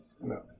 No